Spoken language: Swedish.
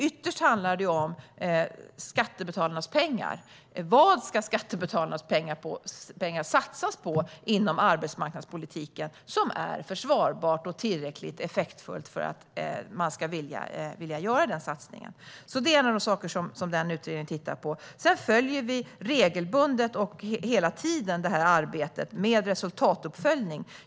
Ytterst handlar det om vad inom arbetsmarknadspolitiken som skattebetalarnas pengar ska satsas på som är försvarbart och tillräckligt effektfullt för att man ska vilja göra satsningen. Det är en av de frågor som utredningen tittar på. Sedan följer vi regelbundet - hela tiden - arbetet med resultatuppföljning.